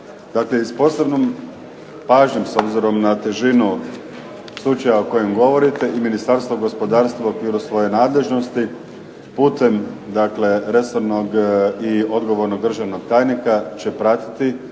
Dakle, i s posebnom pažnjom s obzirom na težinu slučaja o kojem govorite i Ministarstvo gospodarstva u okviru svoje nadležnosti putem dakle resornog i odgovornog državnog tajnika će pratiti